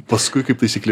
paskui kaip taisyklė